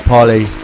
Polly